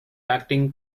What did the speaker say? acting